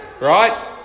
right